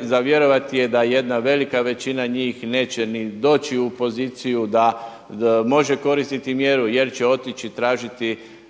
za vjerovati je da jedna velika većina njih neće ni doći u poziciju da može koristiti mjeru, jer će otići tražiti